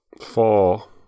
four